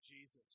Jesus